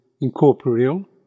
incorporeal